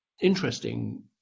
interesting